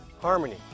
harmony